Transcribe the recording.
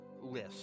list